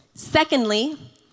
Secondly